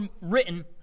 written